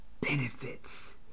benefits